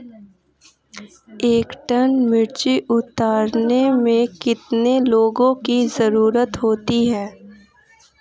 एक टन मिर्ची उतारने में कितने लोगों की ज़रुरत होती है?